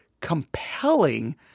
compelling